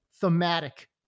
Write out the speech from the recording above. thematic